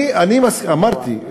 אמרתי,